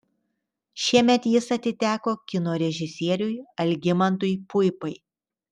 šiemet jis atiteko kino režisieriui algimantui puipai